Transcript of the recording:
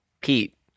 Pete